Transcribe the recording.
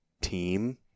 team